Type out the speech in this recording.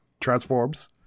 transforms